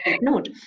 note